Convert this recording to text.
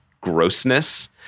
grossness